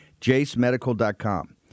JaceMedical.com